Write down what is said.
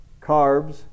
carbs